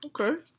Okay